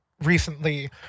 recently